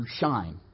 shine